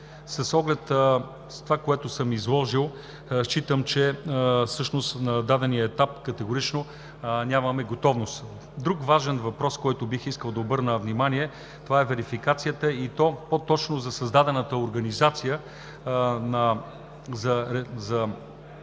С оглед на това считам, че всъщност на дадения етап категорично нямаме готовност. Друг важен въпрос, на който бих искал да обърна внимание, е верификацията и по-точно на създадената организация за верификацията.